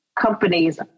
companies